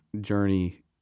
journey